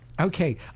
Okay